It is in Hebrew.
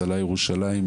הצלה ירושלים,